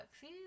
see